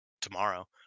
tomorrow